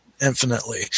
infinitely